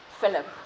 Philip